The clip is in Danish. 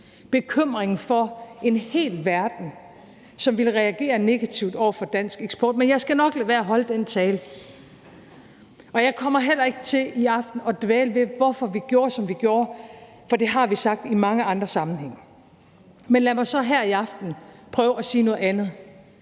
bekymringen for en hel verden, som ville reagere negativt over for dansk eksport. Men jeg skal nok lade være at holde den tale. Og jeg kommer heller ikke til i aften at dvæle ved, hvorfor vi gjorde, som vi gjorde, for det har vi sagt i mange andre sammenhænge. Men lad mig så her i aften prøve at sige noget andet,